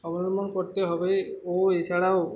সমলম্বন করতে হবে ও এছাড়াও